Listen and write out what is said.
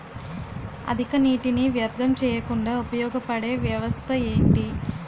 అధిక నీటినీ వ్యర్థం చేయకుండా ఉపయోగ పడే వ్యవస్థ ఏంటి